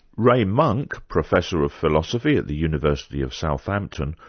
ray monk, professor of philosophy at the university of southampton,